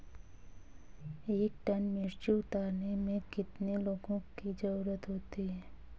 एक टन मिर्ची उतारने में कितने लोगों की ज़रुरत होती है?